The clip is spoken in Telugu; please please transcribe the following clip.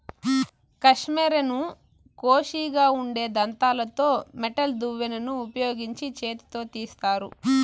కష్మెరెను కోషిగా ఉండే దంతాలతో మెటల్ దువ్వెనను ఉపయోగించి చేతితో తీస్తారు